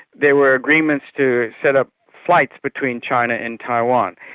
there were agreements to set up flights between china and taiwan.